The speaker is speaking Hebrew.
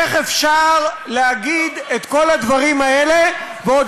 איך אפשר להגיד את כל הדברים האלה ועוד